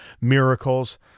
miracles